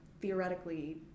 theoretically